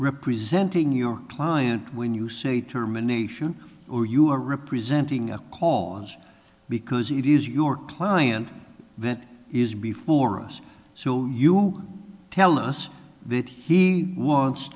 representing your client when you say term a nation or you are representing a cause because it is your client that is before us so you tell us that he wa